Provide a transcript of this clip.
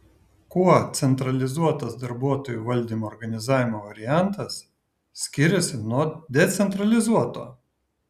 kuo centralizuotas darbuotojų valdymo organizavimo variantas skiriasi nuo decentralizuoto